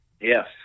Yes